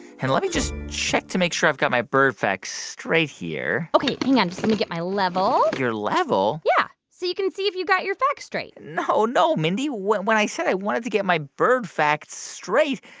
and let me just check to make sure i've got my bird facts straight here ok, hang on, just let me get my level your level? yeah, so you can see if you got your facts straight no, no, mindy, when when i said i wanted to get my bird facts straight,